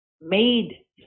made